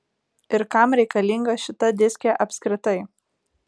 ir kam reikalinga šita diskė apskritai